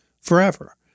forever